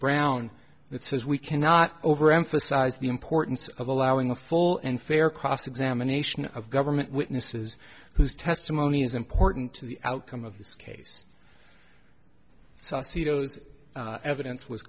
brown it says we cannot overemphasize the importance of allowing with full and fair cross examination of government witnesses whose testimony is important to the outcome of this case so i see those evidence was